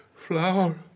Flower